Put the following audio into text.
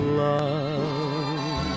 love